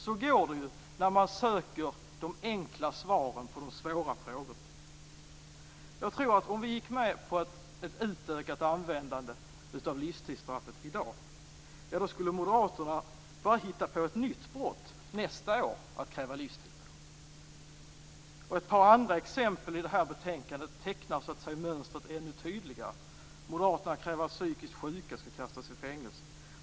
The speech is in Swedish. Så går det när man söker de enkla svaren på de svåra frågorna. Jag tror att om vi gick med på ett utökat användande av livstidsstraffet i dag skulle moderaterna hitta på ett nytt brott nästa år att kräva livstid för. Ett par andra exempel i det här betänkandet tecknar så att säga mönstret ännu tydligare. Moderaterna kräver att psykiskt sjuka skall kastas i fängelse.